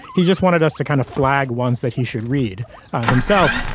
he just wanted us to kind of flag ones that he should read on himself.